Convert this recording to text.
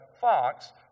Fox